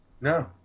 No